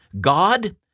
God